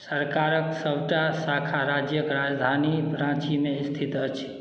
सरकारक सभटा शाखा राज्यक राजधानी राँचीमे स्थित अछि